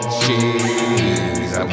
cheese